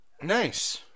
Nice